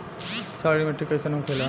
क्षारीय मिट्टी कइसन होखेला?